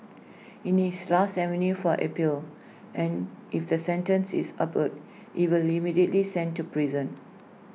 IT is last avenue for appeal and if the sentence is upheld he will immediately sent to prison